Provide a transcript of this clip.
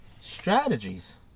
strategies